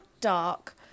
dark